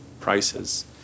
prices